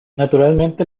naturalmente